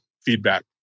feedback